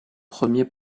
premier